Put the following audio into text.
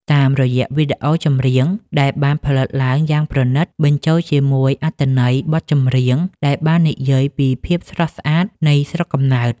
តាមរយៈវីដេអូចម្រៀងដែលបានផលិតឡើងយ៉ាងប្រណីត បញ្ចូលជាមួយអត្ថន័យបទចម្រៀងដែលនិយាយពីភាពស្រស់ស្អាតនៃស្រុកកំណើត។